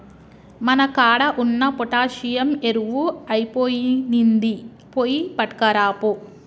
మన కాడ ఉన్న పొటాషియం ఎరువు ఐపొయినింది, పోయి పట్కరాపో